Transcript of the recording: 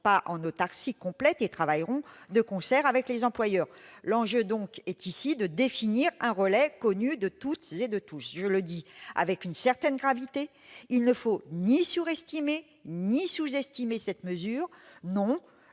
pas en autarcie complète. Ils travailleront de concert avec les employeurs. L'enjeu est ici de définir un relais connu de tous. Je le dis avec gravité, il ne faut ni surestimer ni sous-estimer cette mesure. Non,